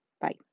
Bye